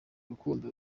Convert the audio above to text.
urukundo